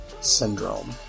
Syndrome